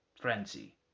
frenzy